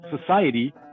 society